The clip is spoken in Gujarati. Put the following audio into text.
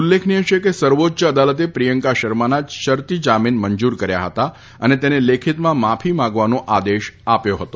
ઉલ્લેખનીય છે કે સર્વોચ્ચ અદાલતે પ્રિયંકા શર્માના શરતી જામીન મંજૂર કર્યા હતા અને તેને લેખિતમાં માફી માંગવાનો આદેશ આપ્યો હતો